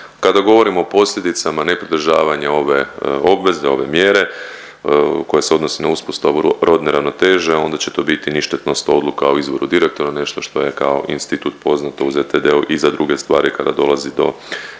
Kada govorimo o posljedicama ne pridržavanja ove obveze, ove mjere koja se odnosi na uspostavu rodne ravnoteže onda će tu biti ništetnost odluka o izboru direktora, nešto što je kao institut poznat u ZTD-u i za druge stvari kada dolazi do